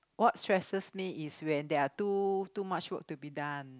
what stresses me is when there are too too much work to be done